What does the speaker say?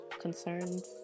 concerns